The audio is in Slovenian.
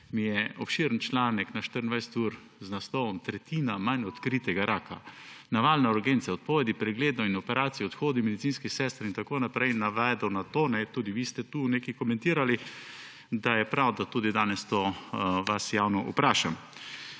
me je obširen članek na 24ur za naslovom Tretjina manj odkritega raka, naval na urgence, odpovedi pregledov in operacij, odhodi medicinskih sester navedel na to, tudi vi ste tu nekaj komentirali, da je prav, da danes to vas javno vprašam.